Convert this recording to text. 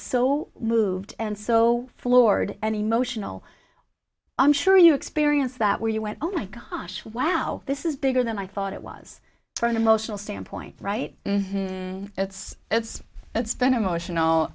so moved and so floored and emotional i'm sure you experienced that where you went oh my gosh wow this is bigger than i thought it was for an emotional standpoint right it's it's it's been emotional